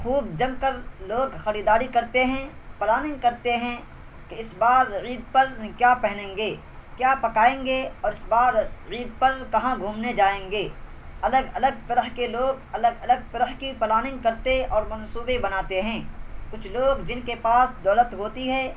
خوب جم کر لوگ خریداری کرتے ہیں پلاننگ کرتے ہیں کہ اس بار عید پر کیا پہنیں گے کیا پکائیں گے اور اس بار عید پر کہاں گھومنے جائیں گے الگ الگ طرح کے لوگ الگ الگ طرح کی پلاننگ کرتے اور منصوبے بناتے ہیں کچھ لوگ جن کے پاس دولت ہوتی ہے